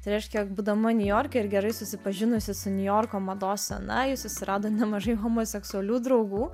tai reiškia jog būdama niujorke ir gerai susipažinusi su niujorko mados scena ji susirado nemažai homoseksualių draugų